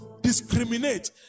discriminate